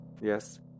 yes